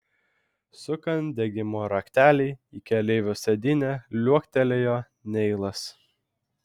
sukant degimo raktelį į keleivio sėdynę liuoktelėjo neilas